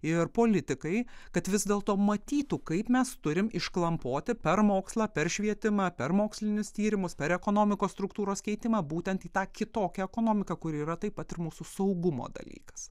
ir politikai kad vis dėlto matytų kaip mes turim išklampoti per mokslą per švietimą per mokslinius tyrimus per ekonomikos struktūros keitimą būtent į tą kitokią ekonomiką kuri yra taip pat ir mūsų saugumo dalykas